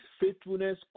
faithfulness